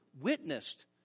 witnessed